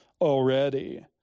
already